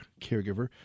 Caregiver